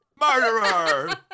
Murderer